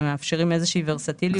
הם מאפשרים איזושהי ורסטיליות.